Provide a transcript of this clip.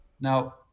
Now